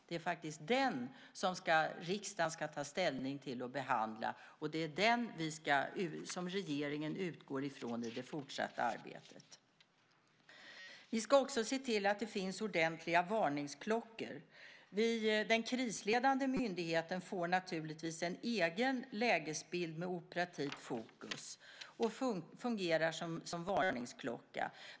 Det är den som riksdagen ska behandla och ta ställning till, och det är den som regeringen utgår från i det fortsatta arbetet. Vi ska också se till att det finns ordentliga varningsklockor. Den krisledande myndigheten får naturligtvis en egen lägesbild med operativt fokus och fungerar som varningsklocka.